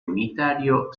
unitario